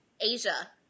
Asia